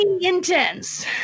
intense